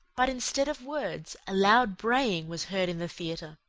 but instead of words, a loud braying was heard in the theater,